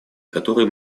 который